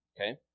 Okay